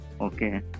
Okay